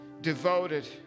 devoted